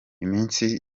iminsi